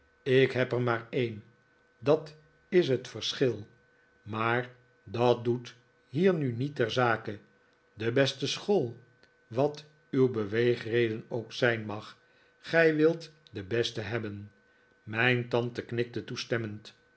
ik heb er maar een dat is het verschil maar dat doet hier nu niet ter zake de beste school wat uw beweegreden ook zijn mag gij wilt de beste hebben mijn tante knikte toestemmend